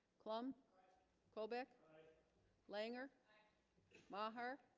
clumb colbeck langer maher